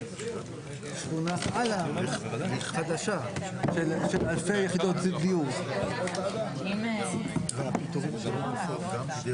בשעה 11:04.